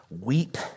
weep